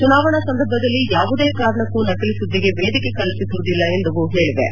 ಚುನಾವಣಾ ಸಂದರ್ಭದಲ್ಲಿ ಯಾವುದೇ ಕಾರಣಕ್ಕೂ ನಕಲಿ ಸುದ್ದಿಗೆ ವೇದಿಕೆ ಕಲ್ಲಿಸುವುದಿಲ್ಲ ಎಂದು ಅವು ಹೇಳಿವೆ